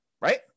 right